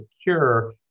secure